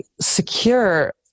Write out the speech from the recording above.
secure